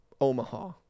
Omaha